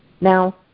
Now